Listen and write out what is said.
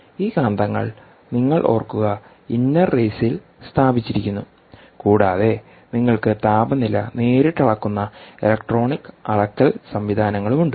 ഈ കാന്തങ്ങൾ നിങ്ങൾ ഓർക്കുക ഇന്നർ റേസിൽ സ്ഥാപിച്ചിരിക്കുന്നു കൂടാതെ നിങ്ങൾക്ക് താപനില നേരിട്ട് അളക്കുന്ന ഇലക്ട്രോണിക് അളക്കൽ സംവിധാനങ്ങളുണ്ട്